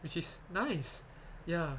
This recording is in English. which is nice ya